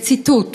וציטוט: